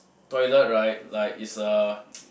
toilet right like it's a